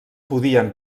podien